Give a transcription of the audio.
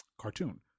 cartoon